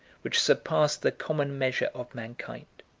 which surpassed the common measure of mankind.